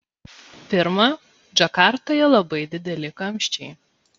pirma džakartoje labai dideli kamščiai